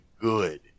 good